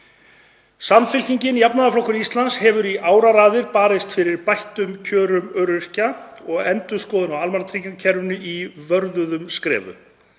Samfylkingin – jafnaðarflokkur Íslands hefur í áraraðir barist fyrir bættum kjörum öryrkja og endurskoðun á almannatryggingakerfinu í vörðuðum skrefum.